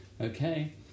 Okay